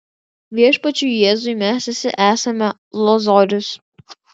viešpačiui jėzui mes visi esame lozorius